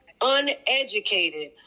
uneducated